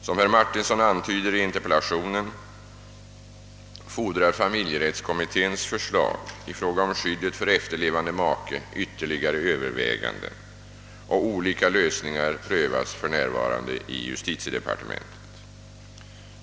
Som herr Martinsson antyder i interpellationen fordrar familjerättskommitténs förslag i fråga om skyddet för efterlevande make ytterligare överväganden, och olika lösningar prövas för närvarande i justitiedepartementet.